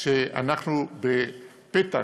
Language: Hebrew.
שאנחנו בפתח